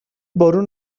بارون